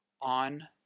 on